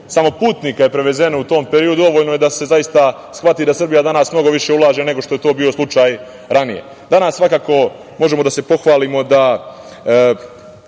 samo putnika prevezeno u tom periodu, dovoljno je da se zaista shvati da Srbija danas mnogo više ulaže nego što je to bio slučaj ranije. Danas svakako možemo da se pohvalimo da